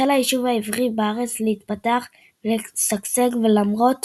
החל היישוב העברי בארץ להתפתח ולשגשג, למרות